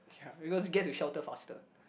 okay lah because get to shelter faster